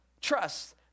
trust